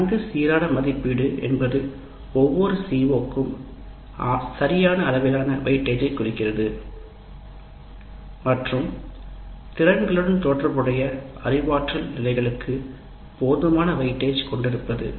நன்கு சீரான மதிப்பீடு என்பது ஒவ்வொரு CO க்கும் சரியான அளவிலான வெயிட்டேஜைக் குறிக்கிறது மற்றும் திறன்களுடன் தொடர்புடைய அறிவாற்றல் நிலைகளுக்கு போதுமான வெயிட்டேஜ் கொண்டிருப்பது